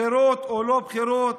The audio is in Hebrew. בחירות או לא בחירות,